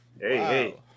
hey